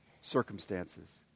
circumstances